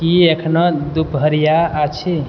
की एखनो दुपहरिया अछि